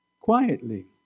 quietly